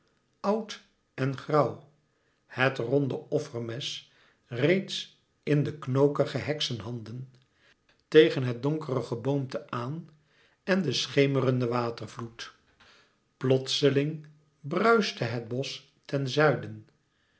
oud en grauw het ronde offermes reeds in de knokige heksenhanden tegen het donker geboomte aan en den schemerenden watervloed plotseling bruischte het bosch ten zuiden